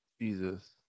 jesus